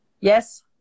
Yes